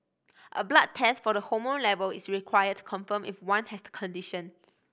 a blood test for the hormone level is required confirm if one has the condition